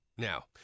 Now